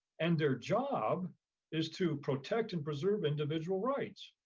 and their job is to protect and preserve individual rights.